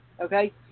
okay